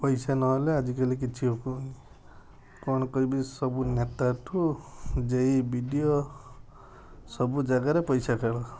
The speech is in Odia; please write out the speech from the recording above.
ପଇସା ନହେଲେ ଆଜିକାଲି କିଛି ହେବନି କ'ଣ କହିବି ସବୁ ନେତା ଠୁ J E B D O ସବୁ ଜାଗାରେ ପଇସା ଖେଳ